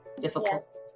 difficult